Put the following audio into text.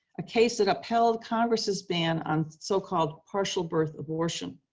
a case that upheld congress's ban on so-called partial-birth abortion.